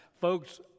Folks